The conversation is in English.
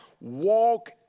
walk